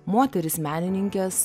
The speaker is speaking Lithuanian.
moteris menininkes